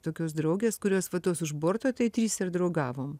tokios draugės kurios va tos už borto tai trys ir draugavom